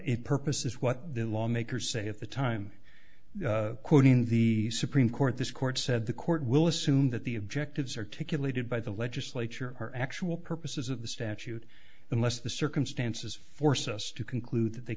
f purpose is what the lawmakers say at the time quoting the supreme court this court said the court will assume that the objectives are to kill aided by the legislature or actual purposes of the statute unless the circumstances force us to conclude that they